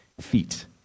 feet